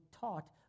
taught